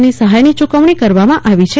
ની સહાયની યુકવણી કરવામાં આવી છે